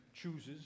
chooses